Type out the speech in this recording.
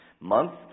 months